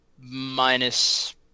minus